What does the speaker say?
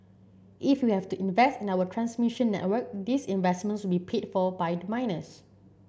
if we have to invest in our transmission network these investments will paid for by the miners